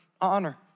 honor